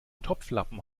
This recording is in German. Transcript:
topflappen